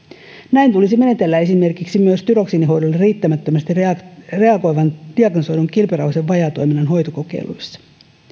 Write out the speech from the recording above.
näin tulisi menetellä esimerkiksi myös tyroksiinihoidolle riittämättömästi reagoivan diagnosoidun kilpirauhasen vajaatoiminnan hoitokokeiluissa